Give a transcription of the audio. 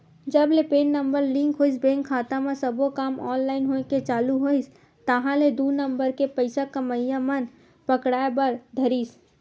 जब ले PAN number link होइस बेंक खाता म सब्बो काम ऑनलाइन होय के चालू होइस ताहले दू नंबर के पइसा कमइया मन पकड़ाय बर धरिस